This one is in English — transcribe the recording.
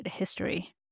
history